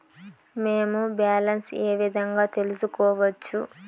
మేము బ్యాలెన్స్ ఏ విధంగా తెలుసుకోవచ్చు?